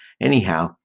anyhow